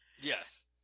Yes